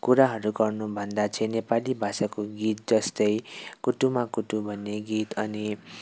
कुराहरू गर्नुभन्दा चाहिँ नेपाली भाषाहरूको गीत जस्तै कुटुमा कुटु भन्ने गीत अनि